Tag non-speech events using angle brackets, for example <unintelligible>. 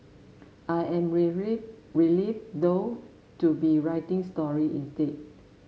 I am <unintelligible> relieved though to be writing story instead